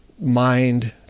mind